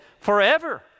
forever